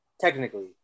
technically